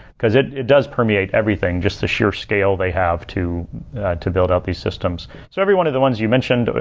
it it does permeate everything, just the sheer scale they have to to build up these systems so every one of the ones you mentioned,